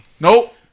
Nope